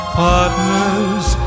partners